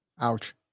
Ouch